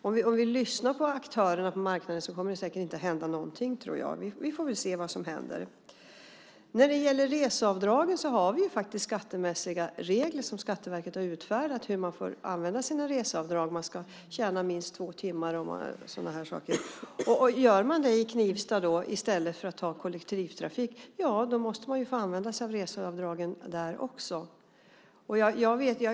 Om vi lyssnar på marknadens aktörer får vi höra att det nog inte kommer att hända någonting. Vi får se vad som händer. Skatteverket har utfärdat regler om hur man får använda sina reseavdrag. Man ska till exempel tjäna minst två timmar. Gör man det som Knivstabo i stället för att resa med kollektivtrafiken måste man få använda sig av reseavdragen där också.